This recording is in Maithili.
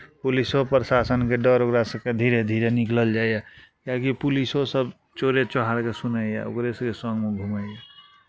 पुलिसो प्रशासनके डर ओकरा सभकेँ धीरे धीरे निकलल जाइए किएकि पुलिसोसभ चोरे चुहारके सुनैए ओकरे सभके सङ्गमे घुमैए